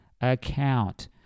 account